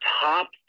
top